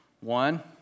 One